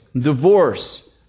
divorce